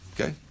Okay